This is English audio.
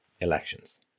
elections